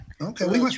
okay